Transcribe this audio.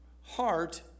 heart